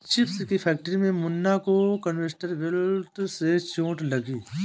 chips की factory में मुन्ना को कन्वेयर बेल्ट से चोट लगी है